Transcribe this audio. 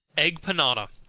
egg panada.